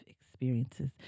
experiences